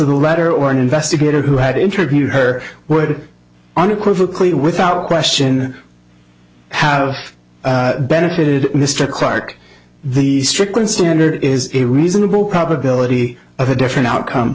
a letter or an investigator who had interviewed her were unequivocally without question have benefited mr clarke the stricken standard is a reasonable probability of a different outcome